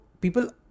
people